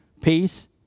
peace